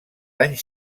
anys